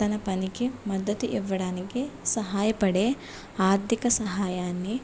తన పనికి మద్దతు ఇవ్వడానికి సహాయపడే ఆర్థిక సహాయాన్ని